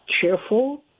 cheerful